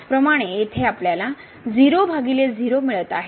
त्याचप्रमाणे येथे आपल्याला 00 मिळत आहेत